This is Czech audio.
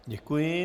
Děkuji.